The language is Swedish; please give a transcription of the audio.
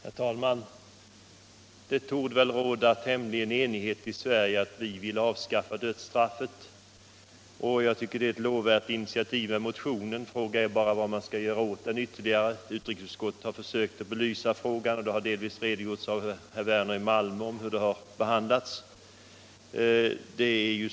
Herr talman! Det borde väl råda allmän enighet i Sverige om att vi skall verka för att avskaffa dödsstraffet. Jag anser att motionen angående dödsstraffet är ett lovvärt initiativ. Frågan är bara vad vi ytterligare skall kunna göra åt den här saken. Utrikesutskottet har försökt belysa frågan, och herr Werner i Malmö har delvis redogjort för behandlingen i utskottet.